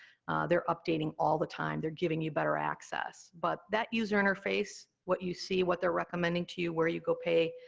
they're updating all the time, they're giving you better access, but that user interface, what you see, what they're recommending to you, where you go pay,